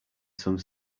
some